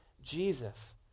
Jesus